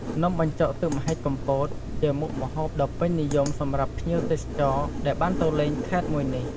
នំបញ្ចុកទឹកម្ហិចកំពត ជាមុខម្ហូបដ៏ពេញនិយមសម្រាប់ភ្ញៀវទេសចរ ដែលបានទៅលេងខេត្តមួយនេះ។